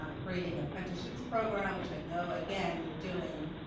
um creating apprenticeships program, which i know, again, you're doing,